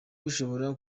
bishobora